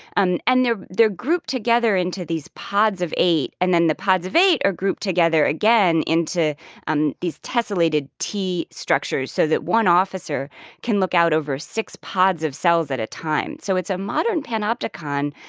and and they're they're grouped together into these pods of eight and then the pods of eight are grouped together again into um these tessellated t-structures so that one officer can look out over six pods of cells at a time. so it's a modern panopticon.